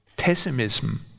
pessimism